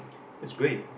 that's great